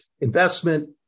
investment